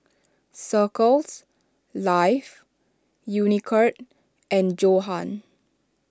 Circles Life Unicurd and Johan